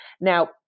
Now